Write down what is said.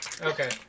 Okay